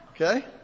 okay